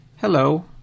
hello